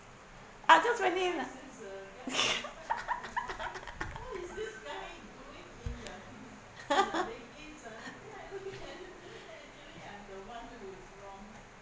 I just went in